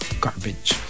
garbage